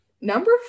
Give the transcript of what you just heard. Number